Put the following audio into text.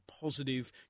positive